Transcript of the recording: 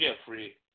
Jeffrey